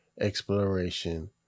exploration